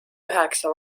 üheksa